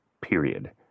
period